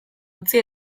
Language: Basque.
utzi